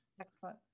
Excellent